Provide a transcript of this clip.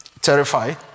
terrified